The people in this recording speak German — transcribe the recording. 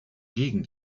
gegen